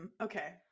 Okay